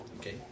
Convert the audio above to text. Okay